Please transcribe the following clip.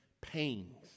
pains